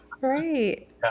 right